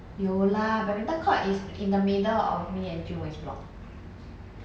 有啦 badminton court is in the middle of me and jun wei's block